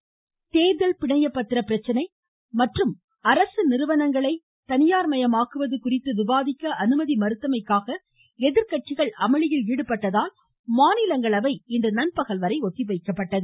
மாநிலங்களவை பிணையப் பத்திரப் பிரச்சனை மற்றும் அரசு பொதுத்துறை தேர்தல் நிறுவனங்களை தனியார் மயமாக்குவது குறித்து விவாதிக்க அனுமதி மறுத்தமைக்காக எதிர்க் கட்சிகள் அமளியில் ஈடுபட்டதால் மாநிலங்களவை இன்று நண்பகல் வரை ஒத்திவைக்கப்பட்டது